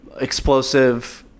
explosive